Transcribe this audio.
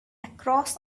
across